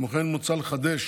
כמו כן, מוצע לחדש